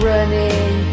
Running